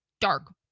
dark